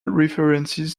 references